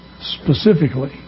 specifically